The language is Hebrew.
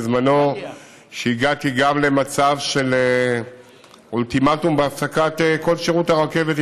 בזמנו הגעתי גם למצב של אולטימטום בהפסקת כל שירותי הרכבת,